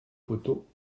poteau